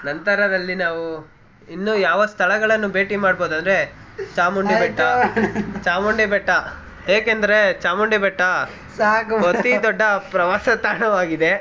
ನಂತರದಲ್ಲಿ ನಾವು ಇನ್ನೂ ಯಾವ ಸ್ಥಳಗಳನ್ನು ಭೇಟಿ ಮಾಡ್ಬೋದೆಂದ್ರೆ ಚಾಮುಂಡಿ ಬೆಟ್ಟ ಚಾಮುಂಡಿ ಬೆಟ್ಟ ಏಕೆಂದರೆ ಚಾಮುಂಡಿ ಬೆಟ್ಟ ಅತೀ ದೊಡ್ಡ ಪ್ರವಾಸ ತಾಣವಾಗಿದೆ